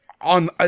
on